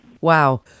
Wow